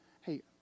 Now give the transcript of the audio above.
hey